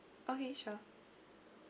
okay sure